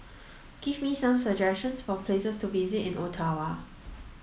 give me some suggestions for places to visit in Ottawa